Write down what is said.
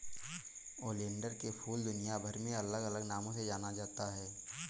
oleander के फूल दुनियाभर में अलग अलग नामों से जाना जाता है